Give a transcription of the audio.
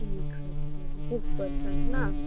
ٹھیٖک حظ چھُ وُہ پٔرسنٛٹ نا